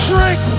Drink